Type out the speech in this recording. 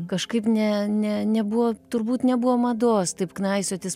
kažkaip ne ne nebuvo turbūt nebuvo mados taip knaisiotis